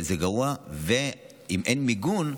שזה גרוע, ואם אין מיגון,